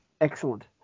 Excellent